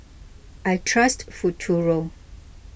I trust Futuro